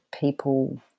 people